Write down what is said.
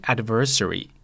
Adversary